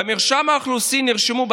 במרשם האוכלוסין נרשמו,